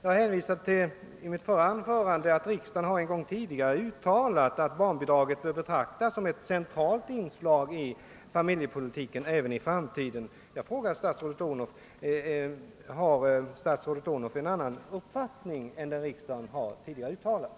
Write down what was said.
Jag hänvisade i mitt förra anförande till att riksdagen en gång tidigare har uttalat att barnbidragen bör betraktas som ett centralt inslag i familjepolitiken även 1 framtiden. Jag frågar statsrådet Odhnoff: Har statsrådet en annan uppfattning än den som riksdagen tidigare har uttalat?